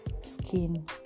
skin